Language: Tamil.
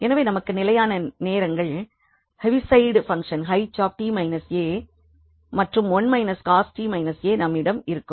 எனவே நமக்கு நிலையான நேரங்கள் ஹெவிசைட் பங்ஷன் 𝐻𝑡 − 𝑎 and 1 − cos𝑡 − 𝑎 நம்மிடம் இருக்கும்